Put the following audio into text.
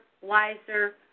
wiser